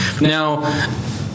Now